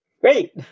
Great